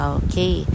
okay